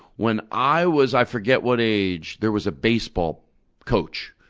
when i was i forget what age there was a baseball coach,